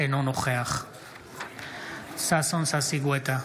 אינו נוכח ששון ששי גואטה,